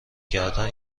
کردن